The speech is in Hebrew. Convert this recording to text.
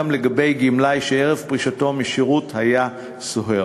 גם לגבי גמלאי שערב פרישתו משירות היה סוהר.